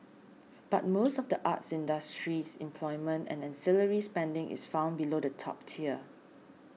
but most of the art industry's employment and ancillary spending is found below the top tier